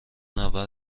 منور